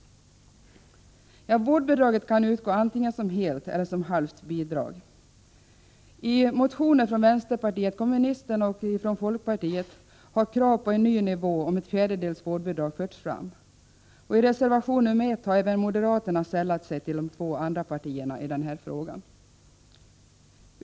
Vårdbidraget kan utgå antingen som helt eller som halvt bidrag. I motioner från vänsterpartiet kommunisterna och från folkpartiet har krav på en ny nivå med ett fjärdedels vårdbidrag förts fram. I reservation nr 1 har moderaterna sällat sig till de två andra borgerliga partierna i denna fråga.